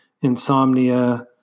insomnia